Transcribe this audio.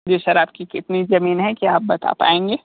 जी sir आपकी कितनी ज़मीन है क्या आप बता पाएंगे